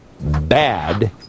bad